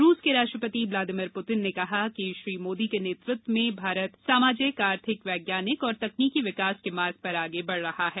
रूस के राष्ट्रपति ब्लादिमिर पुतिन ने कहा कि मोदी के नेतृत्व में भारत सामाजिक आर्थिक वैज्ञानिक और तकनीकि विकास के मार्ग पर आगे बढ़ रहा है